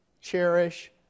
cherish